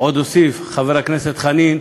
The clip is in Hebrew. עוד הוסיף חבר הכנסת חנין,